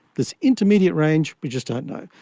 this intermediate range, we just don't know.